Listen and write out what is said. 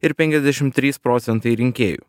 ir penkiasdešim trys procentai rinkėjų